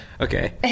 okay